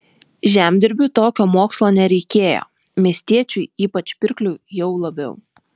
žemdirbiui tokio mokslo nereikėjo miestiečiui ypač pirkliui jau labiau